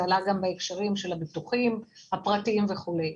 זה עלה גם בהקשרים של הביטוחים הפרטיים וכדומה.